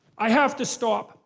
i have to stop,